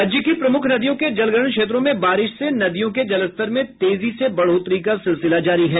राज्य की प्रमुख नदियों के जलग्रहण क्षेत्रों में बारिश से नदियों के जलस्तर में तेजी से बढ़ोतरी का सिलसिला जारी है